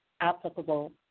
applicable